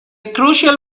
crucial